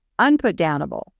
unputdownable